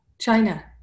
China